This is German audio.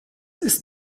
ist